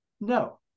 no